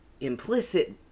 implicit